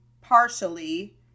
partially